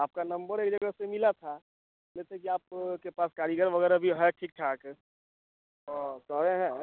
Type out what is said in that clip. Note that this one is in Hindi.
आपका नम्बर एक जगह से मिला था जैसे कि आप के पास कारीगर वगैरह भी है ठीक ठाक कह रहे हैं